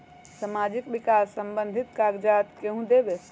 समाजीक विकास संबंधित कागज़ात केहु देबे?